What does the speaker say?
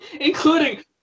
Including